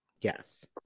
Yes